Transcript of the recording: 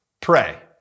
pray